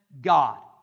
God